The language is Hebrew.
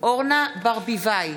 אורנה ברביבאי,